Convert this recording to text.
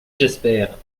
j’espère